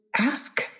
ask